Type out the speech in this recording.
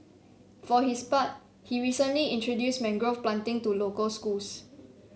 for his part he recently introduced mangrove planting to local schools